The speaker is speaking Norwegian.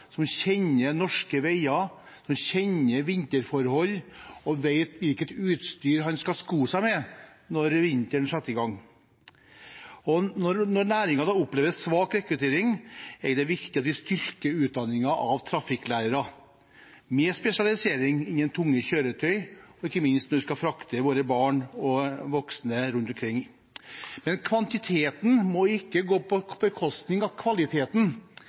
som kjenner norske veier, som kjenner vinterforhold og vet hvilket utstyr de skal sko seg med når vinteren setter i gang. Når næringen opplever svak rekruttering, er det viktig at vi styrker utdanningen av trafikklærere med spesialisering innen tunge kjøretøy, ikke minst når vi skal frakte våre barn og voksne rundt omkring. Men kvantiteten må ikke gå på bekostning av kvaliteten.